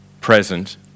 present